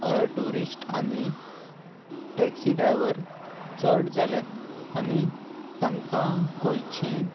tourist आनी taxi driver चड जाल्यात आनी तांकां गोंयचे